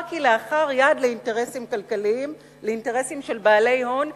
כלאחר יד לאינטרסים כלכליים של בעלי ההון,